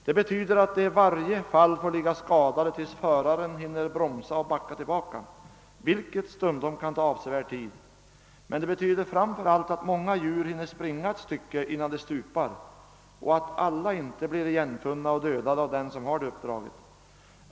Det betyder att de i varje fall får ligga skadade tills föraren hinner bromsa och backa tillbaka, vilket stundom kan ta avsevärd tid, men det betyder framför allt att många djur hinner springa ett stycke, innan de stupar, och att alla inte blir funna och dödade av den som har fått detta till uppdrag.